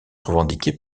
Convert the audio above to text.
revendiqué